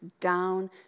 down